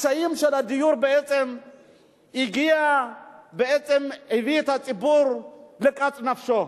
הקשיים של הדיור, הביאו את הציבור לכך שקצה נפשו.